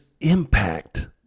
impact